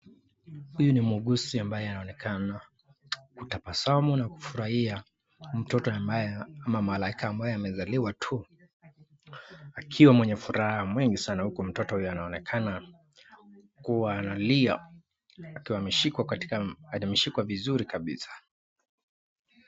Huyu ni muguzi ambaye anaonekana kutabasamu na kufurahia mtoto ambaye ama malaika ambaye amezaliwa tu, akiwa mwenye furaha mwingi sana huku mtoto huyu anaonekana kulia, akiwa ameshikwa vizuri kabisa.